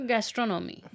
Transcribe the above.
Gastronomy